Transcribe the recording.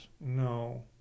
No